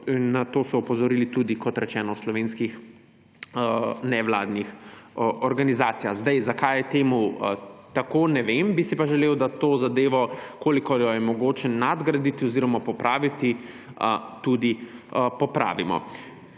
na to so opozorili tudi, kot rečeno, v slovenskih nevladnih organizacijah. Zakaj je temu tako, ne vem, bi si pa želel, da to zadevo, kolikor jo je mogoče nadgraditi oziroma popraviti, tudi popravimo.